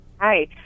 Hi